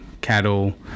cattle